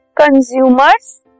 consumers